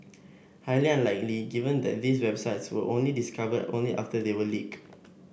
highly unlikely given that these websites were only discovered only after they were leaked